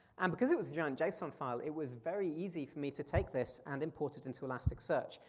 and because it was a giant json file, it was very easy for me to take this and import it into elasticsearch.